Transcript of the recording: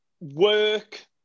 work